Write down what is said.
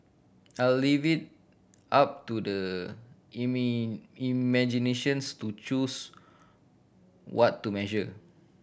I'll leave it up to the imaginations to choose what to measure